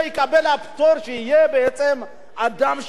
שיהיה בעצם אדם שבאמת הוא צריך.